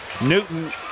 Newton